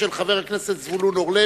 ביום י"ד בניסן התשס"ט (8 באפריל 2009):